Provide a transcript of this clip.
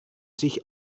sich